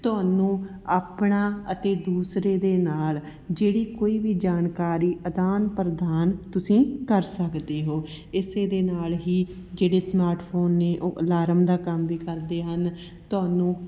ਤੁਹਾਨੂੰ ਆਪਣਾ ਅਤੇ ਦੂਸਰੇ ਦੇ ਨਾਲ ਜਿਹੜੀ ਕੋਈ ਵੀ ਜਾਣਕਾਰੀ ਅਦਾਨ ਪ੍ਰਦਾਨ ਤੁਸੀਂ ਕਰ ਸਕਦੇ ਹੋ ਇਸੇ ਦੇ ਨਾਲ ਹੀ ਜਿਹੜੇ ਸਮਾਰਟ ਫੋਨ ਨੇ ਉਹ ਅਲਾਰਮ ਦਾ ਕੰਮ ਵੀ ਕਰਦੇ ਹਨ ਤੁਹਾਨੂੰ